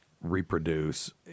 reproduce